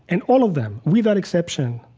and all of them, without exception,